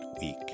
week